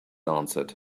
answered